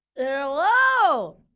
Hello